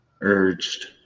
urged